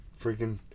freaking